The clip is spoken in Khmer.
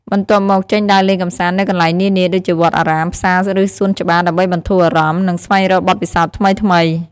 បន្ទាប់មក ចេញដើរលេងកម្សាន្តនៅកន្លែងនានា ដូចជាវត្តអារាម ផ្សារ ឬសួនច្បារ ដើម្បីបន្ធូរអារម្មណ៍ និងស្វែងរកបទពិសោធន៍ថ្មីៗ។